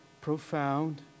profound